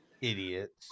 idiots